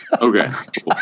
Okay